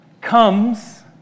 comes